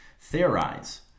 theorize